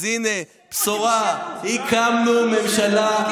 אז הינה, בשורה: הקמנו ממשלה.